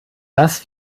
dass